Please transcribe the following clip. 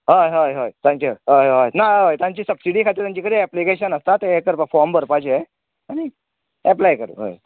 हय हय हय तांचे हय ना हय हय तांचे सबसिडी खातीर तांचे कडेन एप्लीकेशन आसता ते हे करपा फॉर्म भरपाचे आनी एप्लाय करप हय